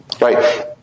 right